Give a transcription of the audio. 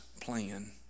plan